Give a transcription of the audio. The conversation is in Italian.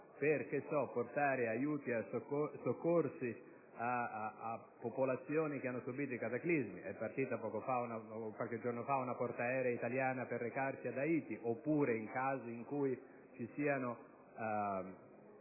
per portare aiuti e soccorsi a popolazioni che hanno subìto cataclismi - è partita qualche giorno fa una portaerei italiana per Haiti - oppure nei casi in cui vi siano